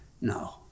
No